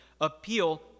appeal